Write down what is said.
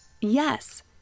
Yes